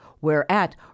Whereat